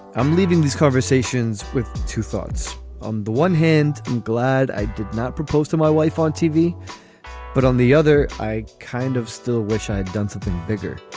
i'm leaving these conversations with two thoughts on the one hand and glad i did not propose to my wife on tv but on the other i kind of still wish i done something bigger.